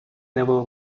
never